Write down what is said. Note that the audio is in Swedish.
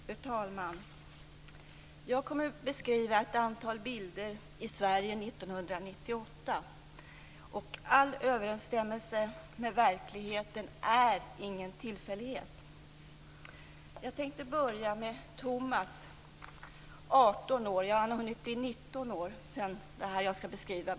Fru talman! Jag kommer att beskriva ett antal bilder i Sverige 1998, och all överensstämmelse med verkligheten är ingen tillfällighet. Jag tänkte börja med Tomas, 19 år.